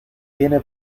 tiene